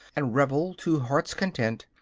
and revel, to heart's content,